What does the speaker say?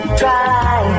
try